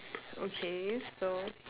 okay so